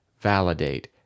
validate